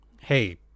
Hey